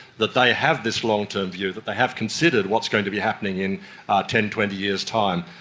that they have this long-term view, that they have considered what's going to be happening in ten, twenty years' time.